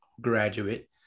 graduate